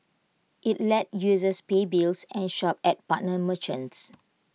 IT lets users pay bills and shop at partner merchants